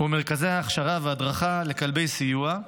ומרכזי ההכשרה והדרכה לכלבי סיוע,